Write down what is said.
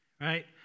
right